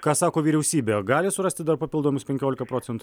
ką sako vyriausybė gali surasti dar papildomus penkiolika procentų